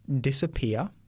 disappear